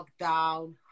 lockdown